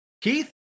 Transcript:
Keith